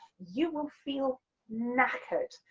you will feel knackered.